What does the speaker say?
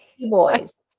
boys